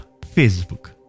Facebook